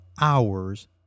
hours